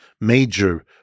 major